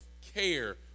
care